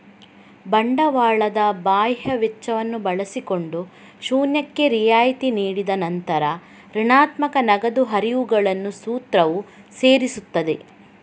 ಬಂಡವಾಳದ ಬಾಹ್ಯ ವೆಚ್ಚವನ್ನು ಬಳಸಿಕೊಂಡು ಶೂನ್ಯಕ್ಕೆ ರಿಯಾಯಿತಿ ನೀಡಿದ ನಂತರ ಋಣಾತ್ಮಕ ನಗದು ಹರಿವುಗಳನ್ನು ಸೂತ್ರವು ಸೇರಿಸುತ್ತದೆ